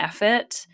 effort